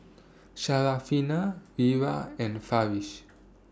Wira and Farish